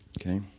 okay